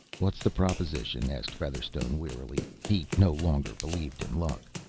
what's the proposition? asked featherstone wearily. he no longer believed in luck.